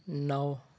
نو